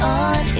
on